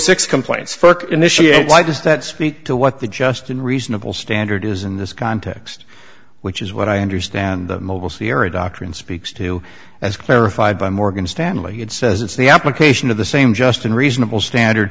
six complaints first initiated why does that speak to what the just and reasonable standard is in this context which is what i understand the mobile sierra doctrine speaks to as clarified by morgan stanley it says it's the application of the same just and reasonable standard